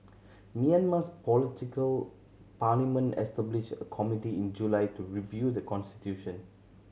Myanmar's political parliament established a committee in July to review the constitution